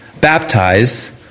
baptize